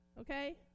Okay